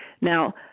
Now